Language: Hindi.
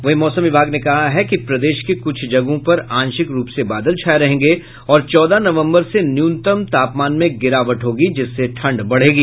वहीं मौसम विभाग ने कहा है कि प्रदेश के कुछ जगहों पर आंशिक रूप से बादल छाये रहेंगे और चौदह नवंबर से न्यूनतम तापमान में गिरावट होगी जिससे ठंड बढ़ेगी